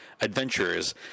adventurers